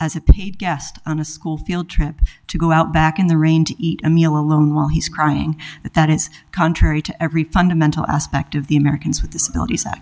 guest on a school field trip to go out back in the rain to eat a meal alone while he's crying that is contrary to every fundamental aspect of the americans with disabilities